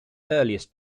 earliest